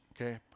okay